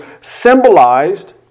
symbolized